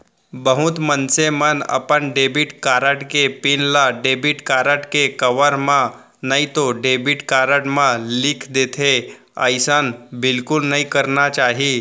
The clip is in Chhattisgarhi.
बहुत मनसे मन अपन डेबिट कारड के पिन ल डेबिट कारड के कवर म नइतो डेबिट कारड म लिख देथे, अइसन बिल्कुल नइ करना चाही